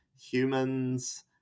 humans